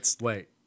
Wait